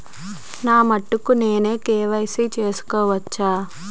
నా మటుకు నేనే కే.వై.సీ చేసుకోవచ్చా?